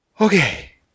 Okay